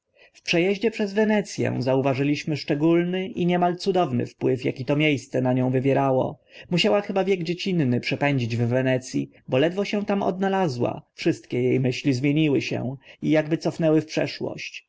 eździe przez wenec ę zauważyliśmy szczególny i niemal cudowny wpływ aki to mie sce na nią wywierało musiała chyba wiek dziecinny przepędzić w wenec i bo ledwo się tam odnalazła wszystkie e myśli zmieniły się i akby cofnęły w przeszłość